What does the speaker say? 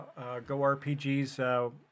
GoRPGs